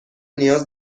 نیاز